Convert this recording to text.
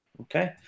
okay